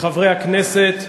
חברי הכנסת,